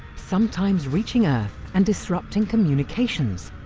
sometimes reaching earth and disrupting communications,